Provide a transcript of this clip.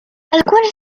alcune